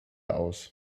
aus